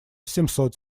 семьсот